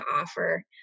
offer